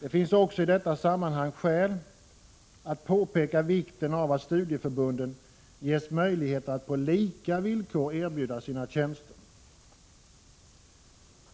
Det finns också i detta sammanhang skäl att peka på vikten av att studieförbunden ges möjligheter att på lika villkor erbjuda sina tjänster.